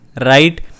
right